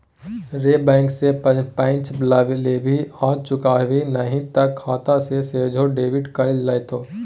रे बैंक सँ पैंच लेबिही आ चुकेबिही नहि तए खाता सँ सोझे डेबिट कए लेतौ